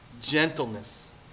gentleness